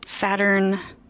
Saturn